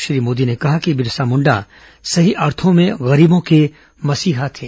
श्री मोदी ने कहा कि बिरसा मुंडा सही अर्थों में गरीबों के मसीहा थे